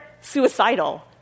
suicidal